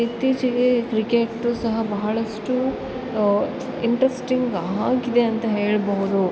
ಇತ್ತೀಚೆಗೆ ಕ್ರಿಕೆಟು ಸಹ ಬಹಳಷ್ಟು ಇಂಟ್ರೆಸ್ಟಿಂಗ್ ಆಗಿದೆ ಅಂತ ಹೇಳಬಹುದು